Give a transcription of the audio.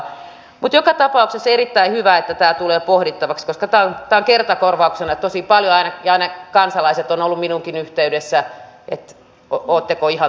mutta joka tapauksessa on erittäin hyvä että tämä tulee pohdittavaksi koska tämä on kertakorvauksena tosi paljon ja kansalaiset ovat olleet minuunkin yhteydessä että oletteko ihan tosissanne